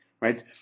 right